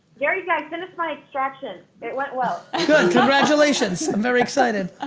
gary vee, i finished my extraction, it went well. good congratulations, i'm very excited.